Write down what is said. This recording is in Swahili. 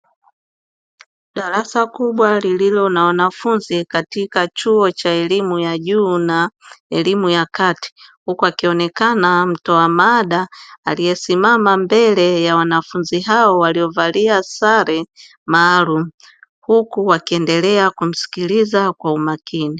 Darasa kubwa lililo na wanafunzi katika chuo cha elimu ya juu na elimu ya kati, huku akionekana mtoa mada aliyesimama mbele ya wanafunzi hao waliovalia sare maalumu huku wakiendelea kumsikiliza kwa umakini.